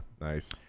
Nice